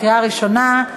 קריאה ראשונה.